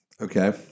okay